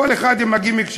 כל אחד עם הגימיק שלו.